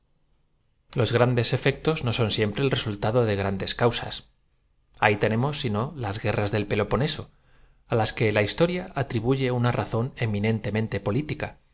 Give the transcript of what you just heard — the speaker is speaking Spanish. os grandes efectos no son siempre el resul tado de grandes causas ahí tenemos sino las guerras del peloponeso á las que la his toria atribuye una razón eminentemente